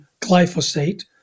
glyphosate